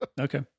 Okay